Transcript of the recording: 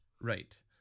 right